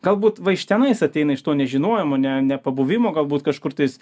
galbūt va iš tenais ateina iš to nežinojimo ne nepabuvimo galbūt kažkur tais